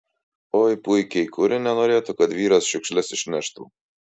oi puikiai kuri nenorėtų kad vyras šiukšles išneštų